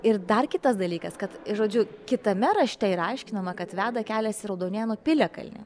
ir dar kitas dalykas kad žodžiu kitame rašte yra aiškinama kad veda kelias į raudonėnų piliakalnį